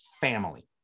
family